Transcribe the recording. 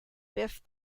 biff